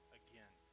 again